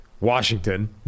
Washington